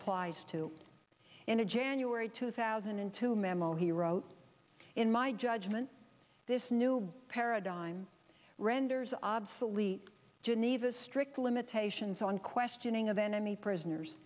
applies to in a january two thousand and two memo he wrote in my judgment this new paradigm renders obsolete geneva strict limitations on questioning of enemy prisoners